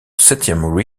septième